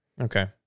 Okay